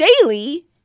daily